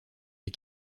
les